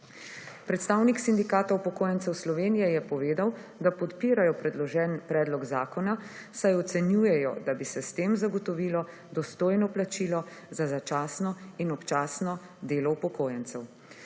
Predstavnik Sindikata upokojencev Slovenije je povedal, da podpirajo predložen predlog zakona, saj ocenjujejo, da bi se s tem zagotovilo dostojno plačilo za začasno in občasno delo upokojencev.